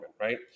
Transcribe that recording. Right